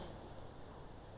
ten thousand words